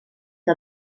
que